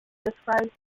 describes